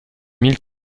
mille